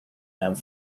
and